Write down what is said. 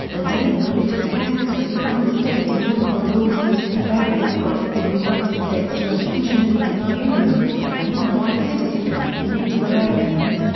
and even religious tests were some of the state and local laws used in various parts of the united states to intentionally deny immigrants, non-white citizens, native americans,